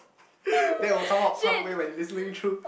that would come out halfway when you listening through